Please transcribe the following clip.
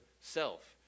self